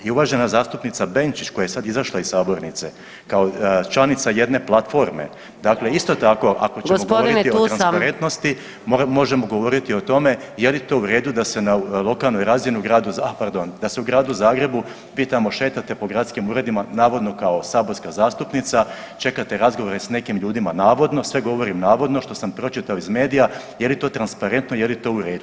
I uvažena zastupnica Benčić koja je sad izašla iz sabornice kao članica jedne platforme dakle, isto tako [[Upadica: Gospodine, tu sam.]] ako ćemo govoriti o transparentnosti možemo govoriti o tome je li to u redu da se na lokalnoj razini, a pardon, da se u Gradu Zagrebu vi tamo šetate po gradskim urednima navodno kao saborska zastupnica, čekate razgovore s nekim ljudima navodno, sve govorim navodno što sam pročitao iz medija, je li to transparentno, je li to u redu.